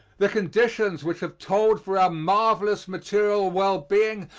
the conditions which have told for our marvelous material well-being,